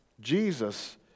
Jesus